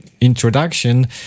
introduction